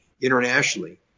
internationally